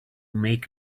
make